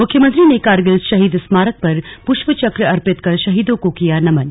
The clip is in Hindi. मुख्यमंत्री ने कारगिल शहीद स्मारक पर पुष्प चक्र अर्पित कर शहीदों को किया नमन